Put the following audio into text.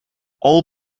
all